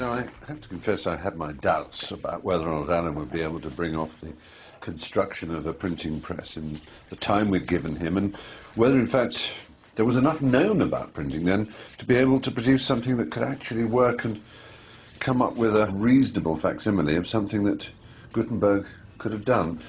i have to confess i had my doubts about whether or not alan would be able to bring off the construction of a printing press in the time we'd given him. and whether in fact there was enough known about printing then to be able to produce something that could actually work and come up with a reasonable facsimile of something that gutenberg could have done.